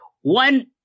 one